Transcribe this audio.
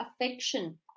affection